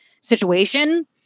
situation